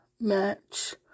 match